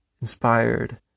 inspired